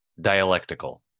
Dialectical